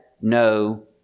no